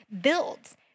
builds